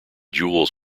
jewels